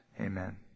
Amen